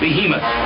Behemoth